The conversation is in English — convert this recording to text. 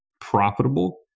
profitable